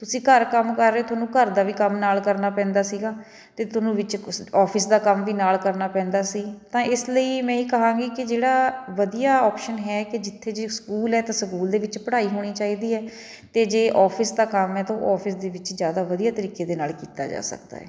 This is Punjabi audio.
ਤੁਸੀਂ ਘਰ ਕੰਮ ਕਰ ਰਹੇ ਤੁਹਾਨੂੰ ਘਰ ਦਾ ਵੀ ਕੰਮ ਨਾਲ ਕਰਨਾ ਪੈਂਦਾ ਸੀਗਾ ਅਤੇ ਤੁਹਾਨੂੰ ਵਿੱਚ ਆਫਿਸ ਦਾ ਕੰਮ ਵੀ ਨਾਲ ਕਰਨਾ ਪੈਂਦਾ ਸੀ ਤਾਂ ਇਸ ਲਈ ਮੈਂ ਇਹ ਕਹਾਂਗੀ ਕਿ ਜਿਹੜਾ ਵਧੀਆ ਔਪਸ਼ਨ ਹੈ ਕਿ ਜਿੱਥੇ ਜੇ ਸਕੂਲ ਹੈ ਤਾਂ ਸਕੂਲ ਦੇ ਵਿੱਚ ਪੜ੍ਹਾਈ ਹੋਣੀ ਚਾਹੀਦੀ ਹੈ ਅਤੇ ਜੇ ਆਫਿਸ ਦਾ ਕੰਮ ਹੈ ਤਾਂ ਉਹ ਆਫਿਸ ਦੇ ਵਿੱਚ ਜ਼ਿਆਦਾ ਵਧੀਆ ਤਰੀਕੇ ਦੇ ਨਾਲ ਕੀਤਾ ਜਾ ਸਕਦਾ ਹੈ